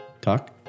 Talk